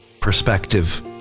perspective